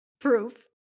Proof